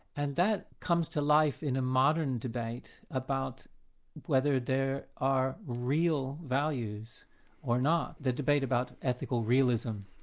and that comes to life in a modern debate about whether there are real values or not, the debate about ethical realism,